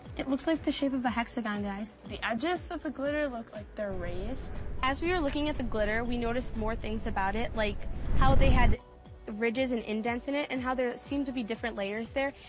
it looks like the shape of a hexagon, guys. the edges of the glitter looks like they're raised. as we were looking at the glitter, we noticed more things about it, like how they had ridges and indents in it, and how there seemed to be different layers there,